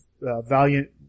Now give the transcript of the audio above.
Valiant